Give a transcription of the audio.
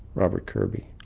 robert kirby,